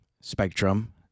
spectrum